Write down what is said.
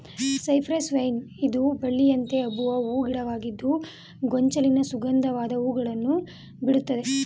cypress vine ಇದು ಬಳ್ಳಿಯಂತೆ ಹಬ್ಬುವ ಹೂ ಗಿಡವಾಗಿದ್ದು ಗೊಂಚಲಿನ ಸುಗಂಧವಾದ ಹೂಗಳನ್ನು ಬಿಡುತ್ತದೆ